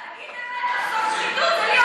להגיד, שחיתות זה להיות